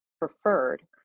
preferred